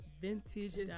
Vintage